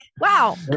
wow